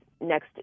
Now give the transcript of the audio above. next